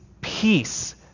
peace